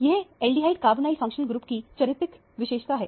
यह aldehyde carbonyl functional group की चारित्रिक विशेषता है